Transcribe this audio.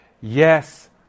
Yes